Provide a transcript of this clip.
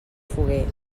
foguer